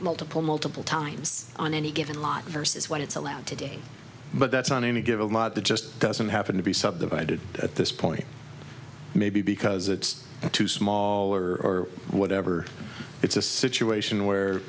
multiple multiple times on any given lot vs what it's allowed to do but that's on any given the just doesn't happen to be subdivided at this point maybe because it's too smaller or whatever it's a situation where